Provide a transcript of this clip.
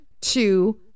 two